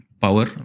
power